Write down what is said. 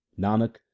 nanak